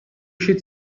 should